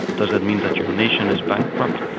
does that mean that your nation is bankrupt?